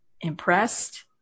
impressed